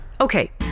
Okay